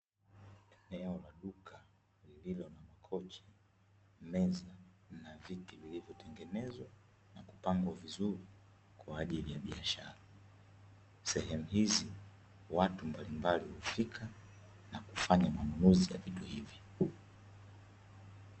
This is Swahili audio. Eneo la duka lililo na makochi, meza na viti vilivyotengenezwa na kupangwa vizuri kwaajili ya biashara, seemu hizi watu mbalimbali hufika na kufanya manunuzi ya vitu hivi.